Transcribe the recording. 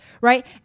right